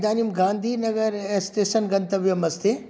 इदानीं गान्धिनगरं स्टेसन् गन्तव्यमस्ति